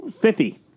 Fifty